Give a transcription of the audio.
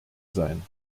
sein